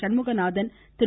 Shanmuganathan Thiru